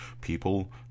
people